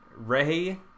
Ray